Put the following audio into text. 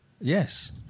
Yes